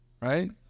right